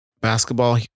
basketball